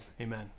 amen